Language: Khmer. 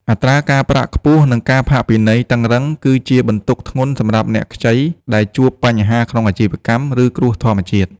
អត្រាការប្រាក់ខ្ពស់ និងការផាកពិន័យតឹងរ៉ឹង គឺជាបន្ទុកធ្ងន់សម្រាប់អ្នកខ្ចីដែលជួបបញ្ហាក្នុងអាជីវកម្ម ឬគ្រោះធម្មជាតិ។